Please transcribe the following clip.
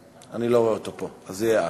אני לא רואה אותו פה, אז זו תהיה את.